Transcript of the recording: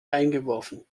eingeworfen